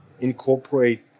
incorporate